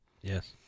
Yes